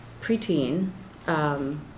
preteen